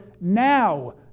now